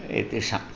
इति शम्